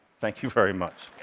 thank you very much.